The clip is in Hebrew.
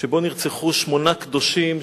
שבו נרצחו שמונה קדושים,